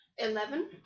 Eleven